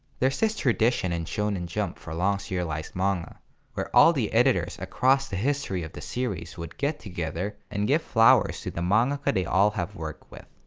there's this tradition in shonen jump for long serialized manga where all the editors across the history of the series would get together and give flowers to the mangaka they all have worked with,